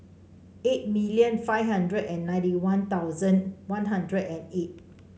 eight million five hundred and ninety One Thousand One Hundred and eight